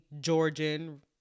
Georgian